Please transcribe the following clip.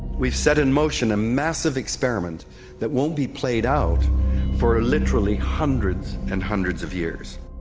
we've set in motion a massive experiment that won't be played out for literally hundreds and hundreds of years.